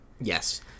Yes